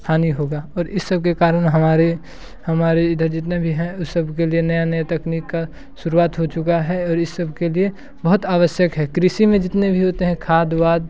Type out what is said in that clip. हानि होगी और इन सब के कारण हमारे हमारे इधर जितने भी हैं उन सब के लिए नया नया तकनीक का शुरुआत हो चुका है और इस सबके लिए बहुत आवश्यक है कृषि में जितने भी होते हैं खाद वाद